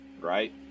right